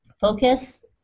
focus